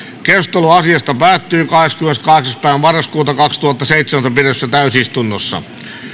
keskustelu asiasta päättyi kahdeskymmeneskahdeksas yhdettätoista kaksituhattaseitsemäntoista pidetyssä täysistunnossa